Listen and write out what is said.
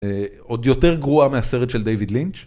עוד יותר גרועה מהסרט של דיוויד לינץ'